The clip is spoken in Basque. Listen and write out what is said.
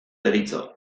deritzo